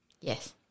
Yes